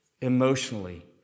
emotionally